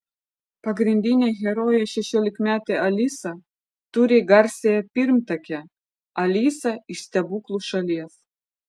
pagrindinė herojė šešiolikmetė alisa turi garsiąją pirmtakę alisą iš stebuklų šalies